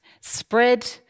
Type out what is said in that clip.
Spread